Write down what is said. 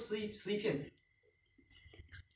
我没有讲十一片 我哪里有讲十一片